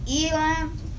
Elam